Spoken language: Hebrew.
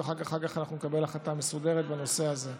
ורק אחר כך אנחנו נקבל החלטה מסודרת בנושא הזה.